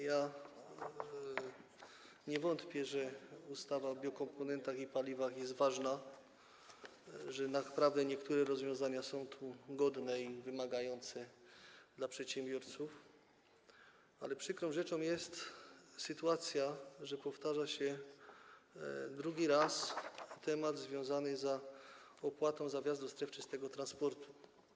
Ja nie wątpię, że ustawa o biokomponentach i paliwach jest ważna, że naprawdę niektóre rozwiązania są tu godne i wymagające dla przedsiębiorców, ale przykrą rzeczą jest sytuacja, że powtarza się drugi raz temat związany z opłatą za wjazd do stref czystego transportu.